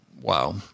wow